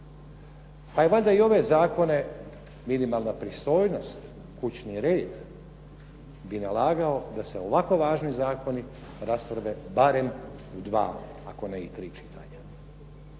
Pa je valjda i ove zakone, minimalna pristojnost, kućni red bi nalagao da se ovako važni zakoni rasprave barem u dva, ako ne i tri čitanja.